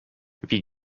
wie